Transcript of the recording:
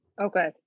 Okay